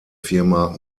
firma